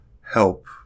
help